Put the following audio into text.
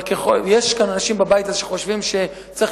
אבל יש כאן אנשים בבית הזה שחושבים שצריך